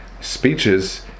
speeches